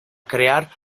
crear